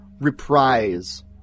reprise